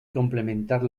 complementar